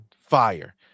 fire